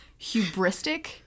hubristic